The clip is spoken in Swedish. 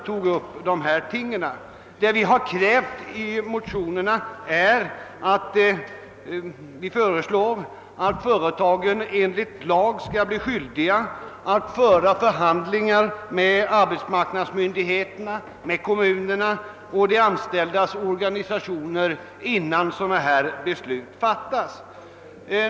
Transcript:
Vad vi motionärer föreslagit är — jag citerar ur utskottets utlåtande — »alt företagen enligt lag skall bli skyldiga att föra förhandlingar med arbetsmarknadsmyndigheterna, kommunerna och de anställdas organisationer innan dylika beslut fattas.